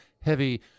Heavy